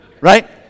right